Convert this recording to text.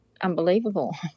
unbelievable